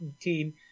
team